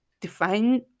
define